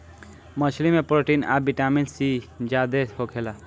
मछली में प्रोटीन आ विटामिन सी ज्यादे होखेला